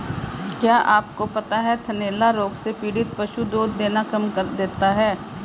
क्या आपको पता है थनैला रोग से पीड़ित पशु दूध देना कम कर देता है?